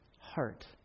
heart